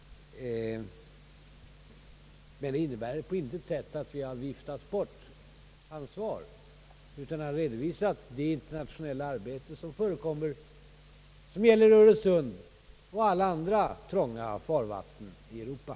Men detta innebär att vi på intet sätt har viftat bort ett ansvar, utan vi har redovisat det internationella arbete som förekommer beträffande Öresund och alla andra trånga farvatten i Europa.